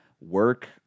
work